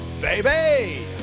baby